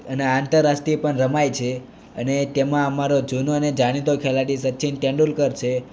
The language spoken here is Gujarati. અને આંતરરાષ્ટ્રીય પણ રમાય છે અને તેમાં અમારો જૂનો અને જાણીતો ખેલાડી સચિન તેંડુલકર છે